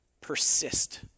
persist